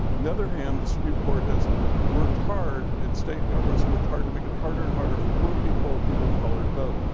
and the other hand, the supreme court has worked hard and state governments have worked hard to make it harder and harder for poor people and people of color to vote,